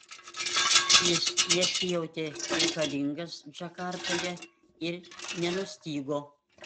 jis nesijautė reikalingas džakartoje ir nenustygo